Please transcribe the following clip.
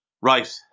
Right